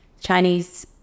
Chinese